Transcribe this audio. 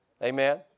Amen